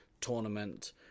tournament